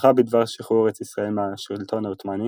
ההבטחה בדבר שחרור ארץ ישראל מהשלטון העות'מאני